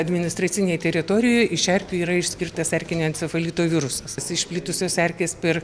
administracinėj teritorijoje iš erkių yra išskirtas erkinio encefalito virusas išplitusios erkės per